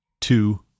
two